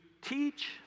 teach